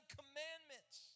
commandments